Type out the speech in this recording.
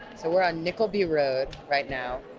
so we're on nickleby road right now.